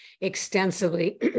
extensively